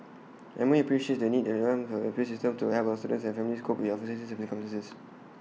M O E appreciates the need appeals system to help our students and their families cope with unforeseen circumstances